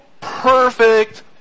perfect